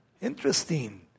Interesting